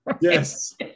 Yes